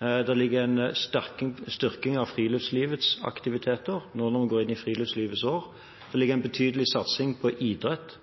Det ligger en styrking av friluftslivsaktiviteter. Nå går vi inn i friluftslivets år. Det ligger en betydelig satsing på idrett,